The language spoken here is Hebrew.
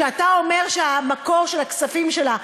שאתה אומר שהמקור של הכספים שלה,